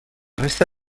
resta